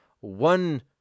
one